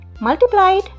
multiplied